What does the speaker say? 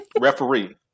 Referee